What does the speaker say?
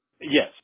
yes